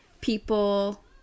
people